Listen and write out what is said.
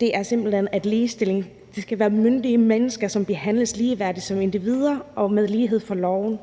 Det er simpelt hen, at ligestilling skal handle om myndige mennesker, som behandles ligeværdigt som individer og med lighed for loven.